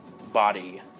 body